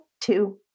two